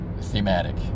thematic